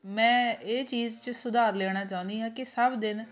ਮੈਂ ਇਹ ਚੀਜ਼ 'ਚ ਸੁਧਾਰ ਲਿਆਉਣਾ ਚਾਹੁੰਦੀ ਹਾਂ ਕਿ ਸਭ ਦਿਨ